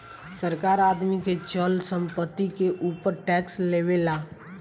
सरकार आदमी के चल संपत्ति के ऊपर टैक्स लेवेला